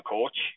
Coach